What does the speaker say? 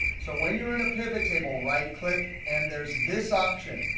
so when you're in a pivottable, right click, and there's this option.